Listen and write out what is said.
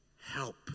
help